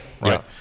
Right